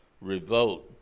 revolt